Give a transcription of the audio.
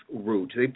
route